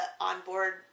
onboard